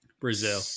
Brazil